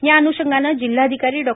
या अन्षंगानं जिल्हाधिकारी डॉ